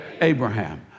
Abraham